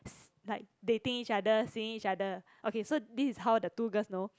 like dating each other seeing each other okay so this is how the two girls know